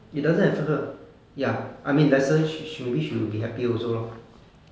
it does not affect her ya I mean lesser she wou~ she would be happier also lor